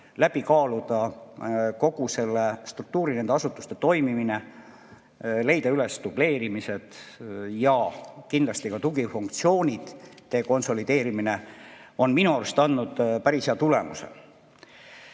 läbi kaaluda kogu struktuuri ja nende asutuste toimimine, leida üles dubleerimised ja kindlasti ka tugifunktsioonid ning konsolideerimine on minu arust andnud päris hea tulemuse.